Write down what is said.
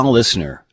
listener